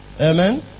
Amen